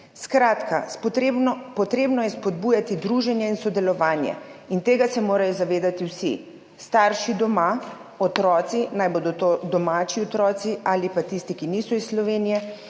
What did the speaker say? potrebno je spodbujati druženje in sodelovanje in tega se morajo zavedati vsi, starši doma, otroci, naj bodo to domači otroci ali pa tisti, ki niso iz Slovenije,